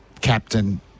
captain